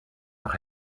auch